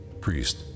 priest